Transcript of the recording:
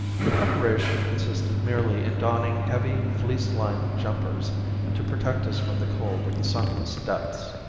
the preparation consisted merely in donning heavy, fleece-lined jumpers to protect us from the cold of the sunless depths.